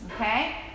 okay